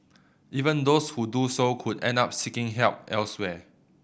even those who do so could end up seeking help elsewhere